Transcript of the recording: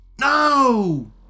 No